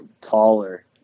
taller